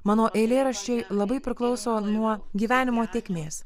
mano eilėraščiai labai priklauso nuo gyvenimo tėkmės